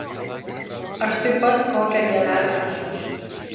aš taip pat kokią gėlelę atnešu